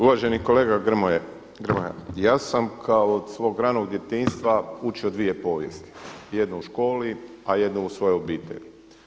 Uvaženi kolega Grmoja, ja sam od svog ranog djetinjstva učio dvije povijesti, jednu u školi a jednu u svojoj obitelji.